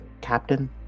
Captain